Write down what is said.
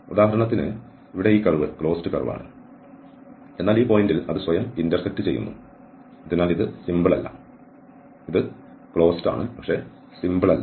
ഉദാഹരണത്തിന് ഇവിടെ ഈ കർവ് ക്ലോസ്ഡ് കർവ് ആണ് എന്നാൽ ഈ ഘട്ടത്തിൽ അത് സ്വയം ഇന്റർസെക്റ്റ് ചെയ്യുന്നു അതിനാൽ ഇത് സിമ്പിൾ അല്ല അതിനാൽ ഇത് ക്ലോസ്ഡ് ആണ് പക്ഷേ സിമ്പിൾ അല്ല